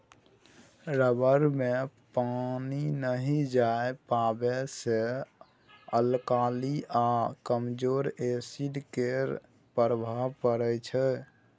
rubber मे पानि नहि जाए पाबै छै अल्काली आ कमजोर एसिड केर प्रभाव परै छै